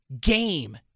game